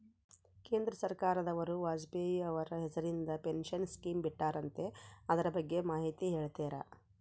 ಕೇಂದ್ರ ಸರ್ಕಾರದವರು ವಾಜಪೇಯಿ ಅವರ ಹೆಸರಿಂದ ಪೆನ್ಶನ್ ಸ್ಕೇಮ್ ಬಿಟ್ಟಾರಂತೆ ಅದರ ಬಗ್ಗೆ ಮಾಹಿತಿ ಹೇಳ್ತೇರಾ?